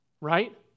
right